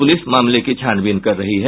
police मामले की छानबीन कर रही है